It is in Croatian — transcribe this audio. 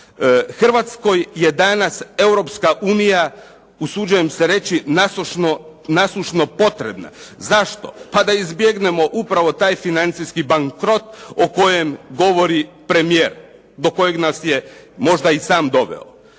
Hrvatskoj je danas Europska unija, usuđujem se reći, nasušno potrebna. Zašto? Pa da izbjegnemo upravo taj financijski bankrot o kojem govori premijer do kojeg nas je možda i sam doveo.